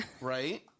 Right